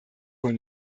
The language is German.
wohl